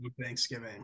Thanksgiving